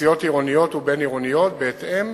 לנסיעות עירוניות ובין-עירוניות בהתאם